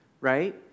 right